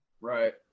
Right